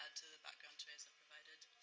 add to the background tereza provided.